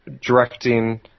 directing